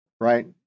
right